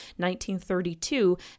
1932